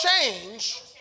change